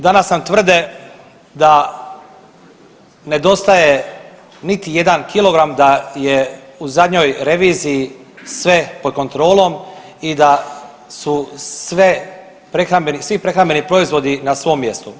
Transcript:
Danas nam tvrde da nedostaje niti jedna kilogram, da je u zadnjoj reviziji sve pod kontrolom i da su sve prehrambeni proizvodi na svom mjestu.